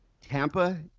Tampa